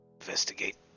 investigate